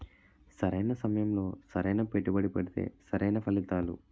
సరైన సమయంలో సరైన పెట్టుబడి పెడితే సరైన ఫలితాలు